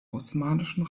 osmanischen